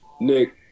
Nick